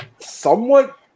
somewhat